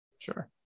Sure